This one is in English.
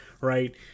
Right